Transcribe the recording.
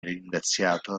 ringraziato